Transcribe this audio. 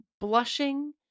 blushing